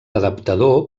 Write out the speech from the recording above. adaptador